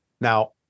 Now